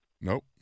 Nope